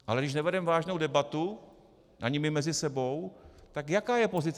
Ale když nevedeme vážnou debatu ani my mezi sebou, tak jaká je pozice ČR?